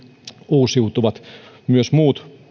uusiutuvat myös muut